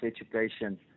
Education